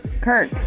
Kirk